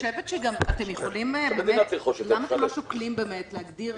חושבת שגם אתם יכולים באמת למה אתם לא שוקלים באמת להגדיר